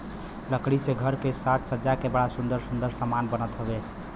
लकड़ी से घर के साज सज्जा के बड़ा सुंदर सुंदर समान बनत हउवे